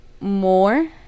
more